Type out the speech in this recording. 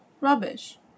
rubbish